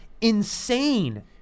insane